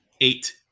eight